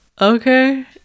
Okay